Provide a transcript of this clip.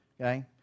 Okay